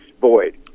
void